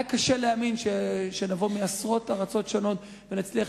היה קשה להאמין שנבוא מעשרות ארצות שונות ונצליח